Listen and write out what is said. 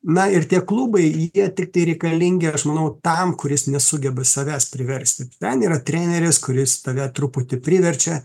na ir tie klubai jie tiktai reikalingi aš manau tam kuris nesugeba savęs priversti ten yra treneris kuris tave truputį priverčia